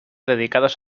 dedicados